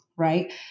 Right